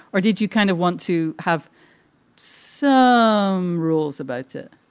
or did you kind of want to have some rules about it?